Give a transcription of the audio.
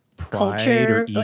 culture